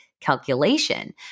calculation